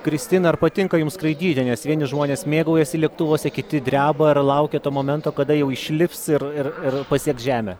kristina ar patinka jums skraidyti nes vieni žmonės mėgaujasi lėktuvuose kiti dreba ar laukia to momento kada jau išlips ir ir ir pasieks žemę